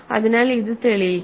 അതിനാൽ ഇത് തെളിയിക്കാം